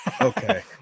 Okay